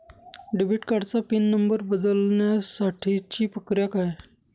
Debit कार्डचा pin number बदलण्यासाठीची प्रक्रिया काय आहे?